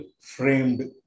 framed